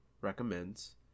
recommends